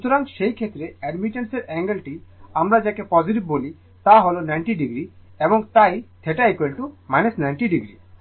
সুতরাং সেই ক্ষেত্রে অ্যাডমিটেন্সর অ্যাঙ্গেলটি আমরা যাকে পজিটিভ বলি তা হল 90o এবং তাই θ 90 o